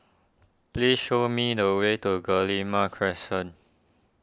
please show me the way to Guillemard Crescent